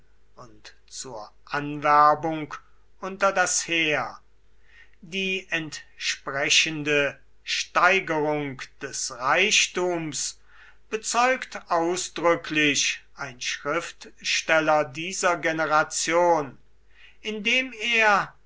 und zur anwerbung unter das heer die entsprechende steigerung des reichtums bezeugt ausdrücklich ein schriftsteller dieser generation indem er